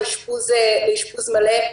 לאשפוז מלא.